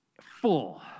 Full